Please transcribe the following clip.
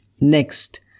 next